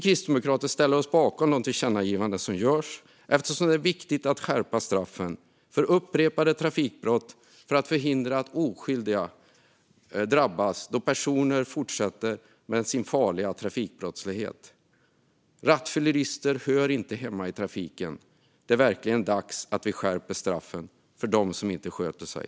Kristdemokraterna ställer sig bakom de tillkännagivanden som föreslås, eftersom det är viktigt att skärpa straffen för upprepade trafikbrott för att förhindra att oskyldiga drabbas då personer fortsätter med sin farliga trafikbrottslighet. Rattfyllerister hör inte hemma i trafiken. Det är verkligen dags att vi skärper straffen för dem som inte sköter sig.